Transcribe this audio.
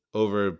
over